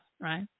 right